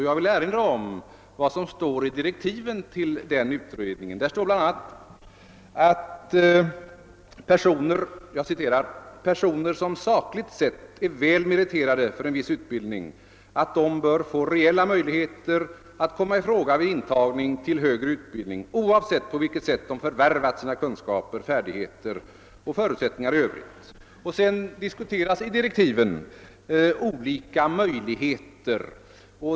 Jag vill erinra om vad som står i direktiven till den utredningen: »Intagningsbestämmelserna måste sålunda utformas så att personer som sakligt sett är väl meriterade för en viss utbildning får reella möjligheter att komma i fråga oavsett på vilket sätt de förvärvat sina kunskaper, färdigheter och förutsättningar i övrigt.» I direktiven diskuteras sedan olika möjligheter.